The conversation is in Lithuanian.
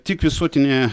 tik visuotinėje